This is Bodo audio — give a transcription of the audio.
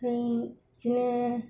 ओमफ्राय बिदिनो